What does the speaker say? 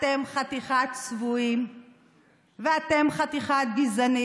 אתם חתיכת צבועים ואתם חתיכת גזענים,